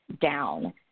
down